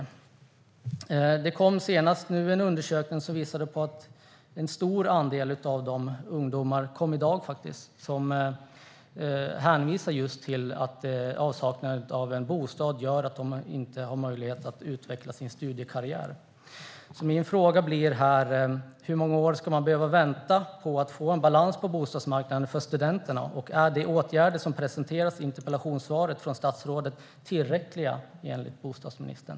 I dag kom en undersökning som visar att det är en stor andel ungdomar som hänvisar till att avsaknaden av bostad gör att de inte har möjlighet att utveckla sin studiekarriär. Min fråga blir: Hur många år ska man behöva vänta på att få en balans på bostadsmarknaden för studenterna? Och är de åtgärder som presenteras i interpellationssvaret från statsrådet tillräckliga, enligt bostadsministern?